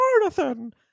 Jonathan